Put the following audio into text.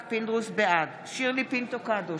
בעד שירלי פינטו קדוש,